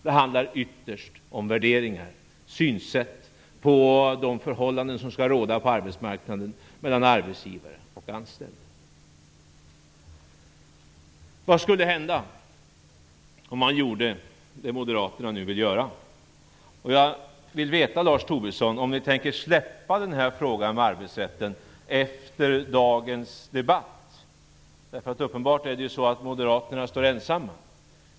Det handlar ytterst om värderingar och synsätt när det gäller de förhållanden som skall råda på arbetsmarknaden mellan arbetsgivare och anställd. Vad skulle hända om man genomförde det som moderaterna nu vill göra? Jag vill veta, Lars Tobisson, om ni tänker släppa frågan om arbetsrätten efter dagens debatt. Det är uppenbart så att moderaterna står ensamma.